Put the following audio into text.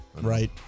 Right